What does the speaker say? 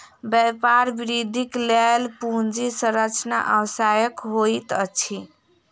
व्यापार वृद्धिक लेल पूंजी संरचना आवश्यक होइत अछि